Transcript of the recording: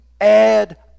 add